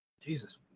Jesus